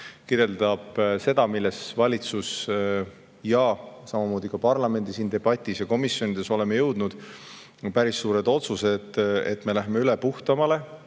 kirjeldab seda, milleni valitsuses ja samamoodi parlamendi debatis ja komisjonides oleme jõudnud. Need on päris suured otsused – me läheme üle puhtamale